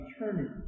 eternity